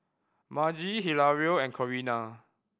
Margie Hilario and Corinna